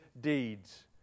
deeds